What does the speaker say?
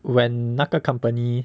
when 那个 company